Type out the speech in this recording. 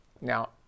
Now